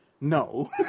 No